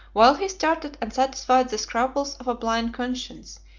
while he started and satisfied the scruples of a blind conscience,